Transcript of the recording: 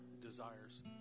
desires